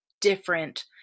different